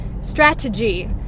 Strategy